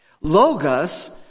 Logos